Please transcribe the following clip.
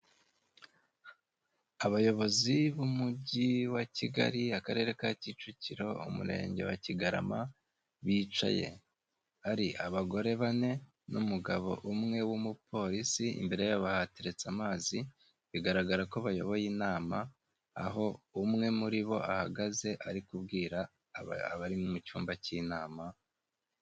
Abayobozi b'umujyi wa Kigali akarere ka Kicukiro umurenge wa Kigarama, bicaye ari abagore bane n'umugabo umwe w'umupolisi, imbere yaba hateretse amazi bigaragara ko bayoboye inama, aho umwe muri bo ahagaze ari kubwira abari mu cyumba k'inama.